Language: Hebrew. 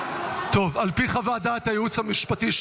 פי חוות דעת הייעוץ המשפטי,